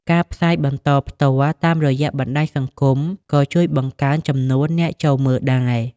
ការផ្សាយបន្តផ្ទាល់ តាមរយៈបណ្តាញសង្គមក៏ជួយបង្កើនចំនួនអ្នកចូលមើលដែរ។